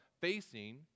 facing